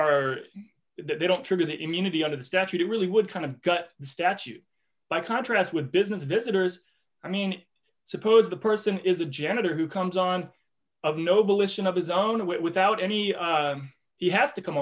are they don't trigger that immunity under the statute it really would kind of gut the statute by contrast with business visitors i mean suppose the person is a janitor who comes on of the noblest of his own way without any he has to come